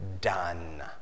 done